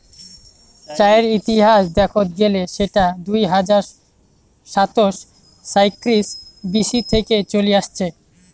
চায়ের ইতিহাস দেখত গেলে সেটা দুই হাজার সাতশ সাঁইত্রিশ বি.সি থেকে চলি আসছে